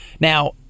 Now